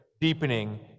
deepening